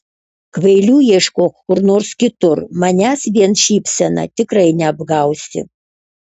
kvailių ieškok kur nors kitur manęs vien šypsena tikrai neapgausi